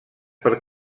per